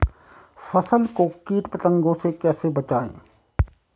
फसल को कीट पतंगों से कैसे बचाएं?